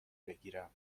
بگیرم